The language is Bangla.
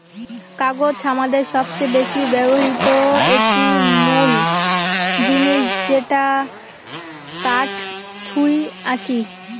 কাগজ হামাদের সবচেয়ে বেশি ব্যবহৃত একটি মুল জিনিস যেটা কাঠ থুই আসি